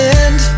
end